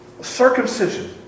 Circumcision